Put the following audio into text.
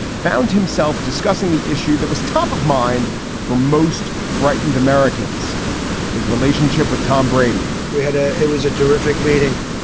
found himself discussing the issue that was top of mind for most frightened americans his relationship with tom brady, we had a it was a terrific meeting,